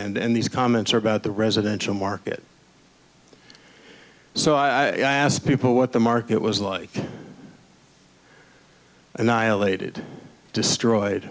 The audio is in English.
and these comments are about the residential market so i asked people what the market was like annihilated destroyed